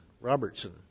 Robertson